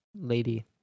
lady